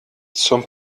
zum